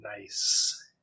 Nice